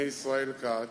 אני, ישראל כץ,